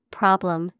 problem